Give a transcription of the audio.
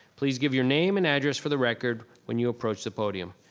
please give your name and address for the record when you approach the podium.